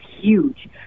huge